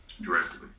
directly